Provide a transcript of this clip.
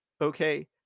Okay